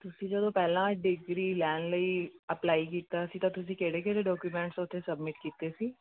ਤੁਸੀਂ ਜਦੋਂ ਪਹਿਲਾਂ ਡਿਗਰੀ ਲੈਣ ਲਈ ਅਪਲਾਈ ਕੀਤਾ ਸੀ ਤਾਂ ਤੁਸੀਂ ਕਿਹੜੇ ਕਿਹੜੇ ਡਾਕੂਮੈਂਟਸ ਉੱਥੇ ਸਬਮਿਟ ਕੀਤੇ ਸੀ